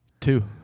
Two